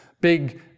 big